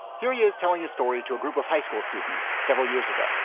here he is telling his story to a group of high school students several years ago yeah